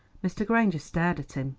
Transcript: mr. granger stared at him.